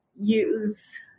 use